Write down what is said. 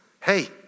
Hey